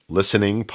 Listening